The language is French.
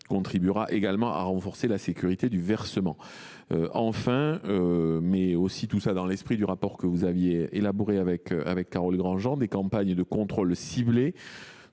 contribuera également à renforcer la sécurité du versement. Enfin, dans l’esprit du rapport que vous aviez élaboré avec Carole Grandjean, des campagnes de contrôles ciblés